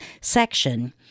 section